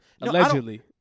allegedly